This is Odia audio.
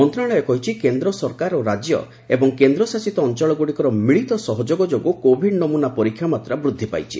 ମନ୍ତ୍ରଣାଳୟ କହିଛି କେନ୍ଦ ସରକାର ଓ ରାଜ୍ୟ ଏବଂ କେନ୍ଦଶାସିତ ଅଞ୍ଚଳଗୁଡ଼ିକର ମିଳିତ ସହଯୋଗ ଯୋଗୁଁ କୋଭିଡ ନମୁନା ପରୀକ୍ଷା ମାତ୍ରା ବୃଦ୍ଧି ପାଇଛି